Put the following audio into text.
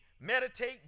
meditate